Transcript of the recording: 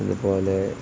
അതുപോലെ